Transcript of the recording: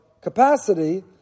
capacity